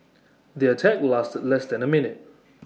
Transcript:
the attack lasted less than A minute